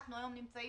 אנחנו היום נמצאים